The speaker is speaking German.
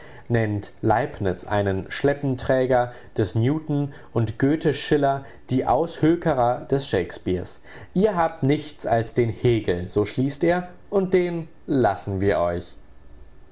nennt leibniz einen schleppenträger des newton und goethe schiller die aushökerer des shakespeare ihr habt nichts als den hegel so schließt er und den lassen wir euch